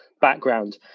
background